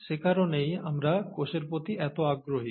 সে কারণেই আমরা কোষের প্রতি এত আগ্রহী